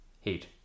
Heat